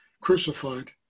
crucified